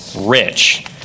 rich